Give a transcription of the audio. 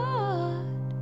God